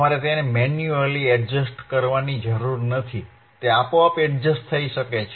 તમારે તેને manually adjust કરવાની જરૂર નથી તે આપોઆપ એડજસ્ટ થઈ શકે છે